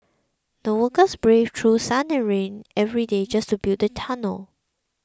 the workers braved through sun and rain every day just to build the tunnel